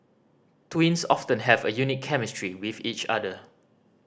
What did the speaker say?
twins often have a unique chemistry with each other